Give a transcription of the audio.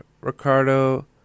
Ricardo